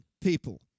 people